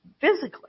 physically